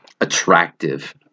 attractive